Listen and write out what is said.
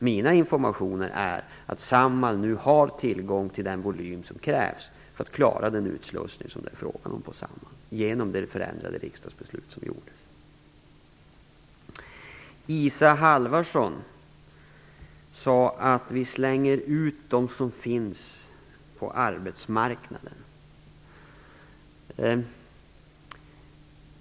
Mina informationer är att Samhall nu har tillgång till den volym som krävs för att klara den utslussning som det är fråga om genom det förändrade riksdagsbeslutet. Isa Halvarsson sade att vi slänger ut dem som finns på arbetsmarknaden.